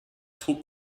took